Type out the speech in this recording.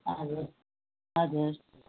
हजुर हजुर